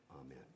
amen